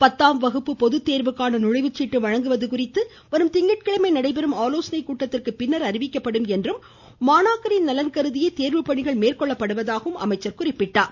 பத்தாம் வகுப்பு பொதுத்தேர்வுக்கான நுழைவுச்சீட்டு வழங்குவது குறித்து வரும் திங்கட்கிழமை நடைபெறும் ஆலோசனைக்கூட்டத்திற்கு பிறகு அறிவிக்கப்படும் என்றும் மாணவர்களின் நலன் கருதியே தேர்வு பணிகள் மேற்கொள்ளப்படுவதாகவும் தெரிவித்தார்